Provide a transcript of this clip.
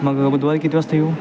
मग बुधवारी किती वाजता येऊ